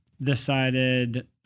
decided